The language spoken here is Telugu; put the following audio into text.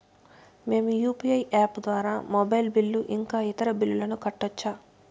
మేము యు.పి.ఐ యాప్ ద్వారా మొబైల్ బిల్లు ఇంకా ఇతర బిల్లులను కట్టొచ్చు